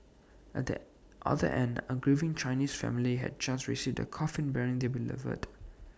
at the other end A grieving Chinese family had just received A coffin bearing their beloved